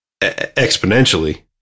exponentially